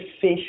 fish